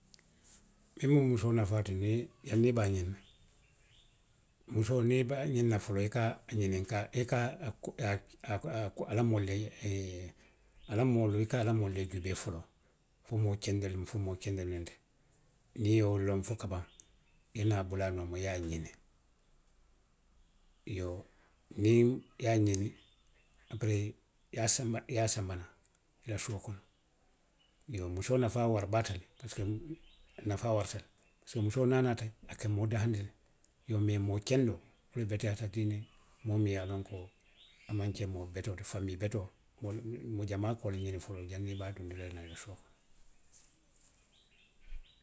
Miŋ mu musoo nafaa ti niŋ, janniŋ i be a ňiniŋ na. musoo niŋ i be a ňiniŋ na foloo i ka a ňininkaa, i ka i ka, i ka, a, a la moolu a la moolu i ka a la moolu le juubee, foloo, fo moo kende loŋ fo moo kende loŋ i ti. Niŋ i ye wo loŋ fo kabaŋ, i ye naa bula a nooma i ye a ňiniŋ. Iyoo, niŋ i ye a ňiniŋ, aperee i ye a sanba, i ye a sanba naŋ, i la suo kono. Iyoo musoo nafaa warabaata, aduŋ a nafaa warata le; pisiko musoo niŋ a naata. A ka moo dahaandi le. Iyoo mee moo kendoo, wo le beteyaata diina moo miŋ ye a loŋ ko a maŋ ke moo betoo ti, famii betoo wo le, wo, moo jamaa ka wo le ňiniŋ foloo janniŋ i be a dunndi la naŋ i la suo kono.